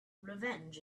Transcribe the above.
revenge